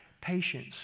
patience